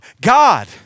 God